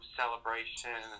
celebration